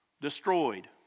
Destroyed